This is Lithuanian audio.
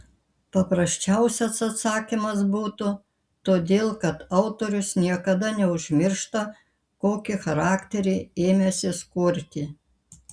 paprasčiausias atsakymas būtų todėl kad autorius niekada neužmiršta kokį charakterį ėmęsis kurti